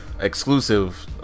exclusive